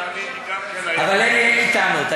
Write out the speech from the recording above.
אין לי טענות.